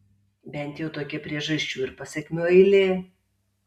bent jau tokia priežasčių ir pasekmių eilė